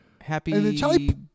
Happy